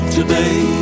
today